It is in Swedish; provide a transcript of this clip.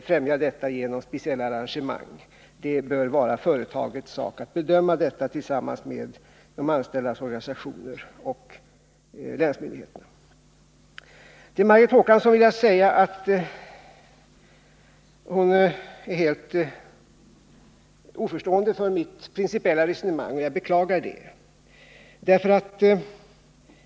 Det bör vara företagets sak att tillsammans med de anställdas organisationer och länsmyndigheterna bedöma detta. Margot Håkansson är helt oförstående för mitt principiella resonemang — och det beklagar jag.